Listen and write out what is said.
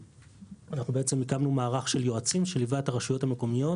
אנחנו בעצם הקמנו מערך של יועצים שליווה את הרשויות המקומיות